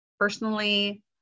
Personally